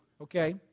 okay